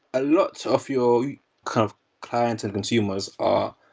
ah lots of your kind of clients and consumers are,